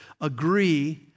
agree